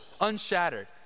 Unshattered